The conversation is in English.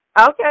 Okay